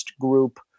group